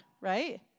right